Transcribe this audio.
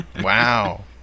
Wow